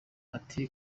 ati